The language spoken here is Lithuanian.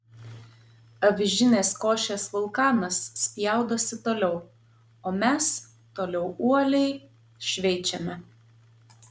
avižinės košės vulkanas spjaudosi toliau o mes toliau uoliai šveičiame